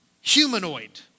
humanoid